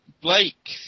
Blake